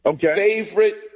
favorite